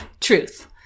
Truth